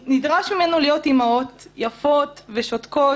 נדרש מאתנו להיות אימהות יפות ושותקות,